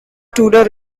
tudor